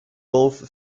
both